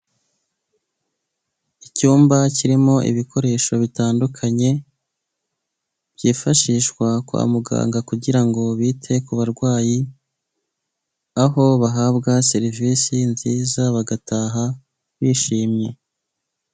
Icyumba kirimo ibikoresho bitandukanye byifashishwa kwa muganga kugirango bite ku barwayi, aho bahabwa serivisi nziza bagataha bishimye.